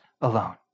alone